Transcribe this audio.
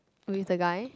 who is the guy